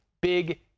big